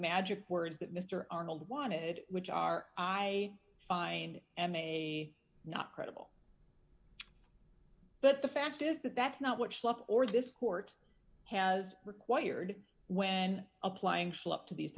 magic words that mr arnold wanted which are i find em a not credible but the fact is that that's not what's left or this court has required when applying schlepp to these